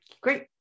great